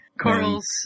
Coral's